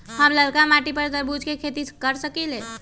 हम लालका मिट्टी पर तरबूज के खेती कर सकीले?